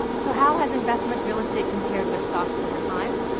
so how has investment real estate compared with stocks over time?